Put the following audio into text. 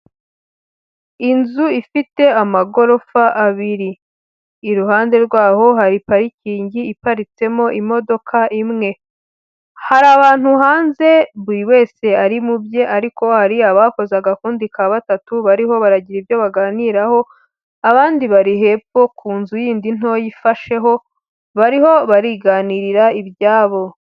Inzu ifite amagorofa abiri. Iruhande rwaho hari parikingi iparitsemo imodoka imwe. Hari abantu hanze buri wese ari mu bye ariko hari abakoze agakundi ka batatu bariho baragira ibyo baganiraho. Abandi bari hepfo ku nzu yindi ntoya ifasheho, bariho bariganirira ibyabo.